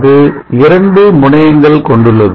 அது 2 முனையங்கள் கொண்டுள்ளது